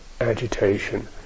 agitation